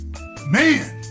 Man